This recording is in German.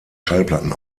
schallplatten